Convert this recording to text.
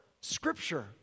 scripture